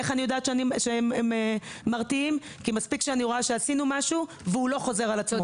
אני יודעת שהם מרתיעים כי אני רואה שעשינו משהו שהוא לא חוזר על עצמו.